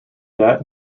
that